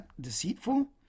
deceitful